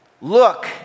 look